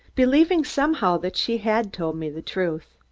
believing somehow that she had told me the truth.